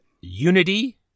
unity